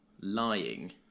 lying